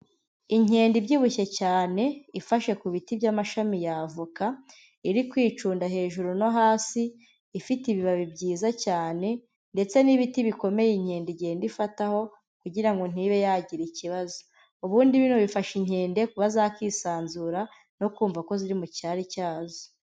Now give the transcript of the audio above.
Inkende ibyibushye cyane ifashe ku biti by'amashami y'avoka, iri kwicunda hejuru no hasi, ifite ibibabi byiza cyane ndetse n'ibiti bikomeye inkende igenda ifataho, kugira ngo ntibe yagira ikibazo. Ubundi bino bifasha inkende kuba zakisanzura no kumva ko ziri mu cyari cyazo.